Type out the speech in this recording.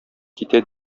китә